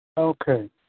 Okay